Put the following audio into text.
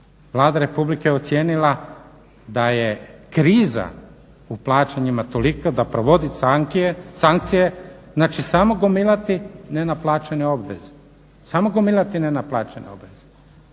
Vlada Republike je ocijenila da je kriza u plaćanjima tolika da provodi sankcije, znači samo gomilati nenaplaćene obveze.